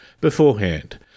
beforehand